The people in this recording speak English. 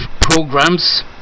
programs